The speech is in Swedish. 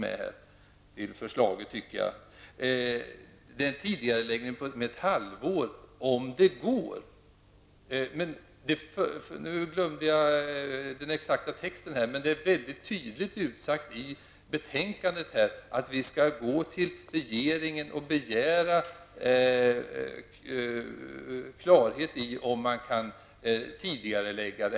Det är fråga om en tidigareläggning med ett halvår, om det går. Det är väldigt tydligt utsagt i betänkandet att vi hos regeringen skall begära klart besked huruvida reformen kan tidigareläggas.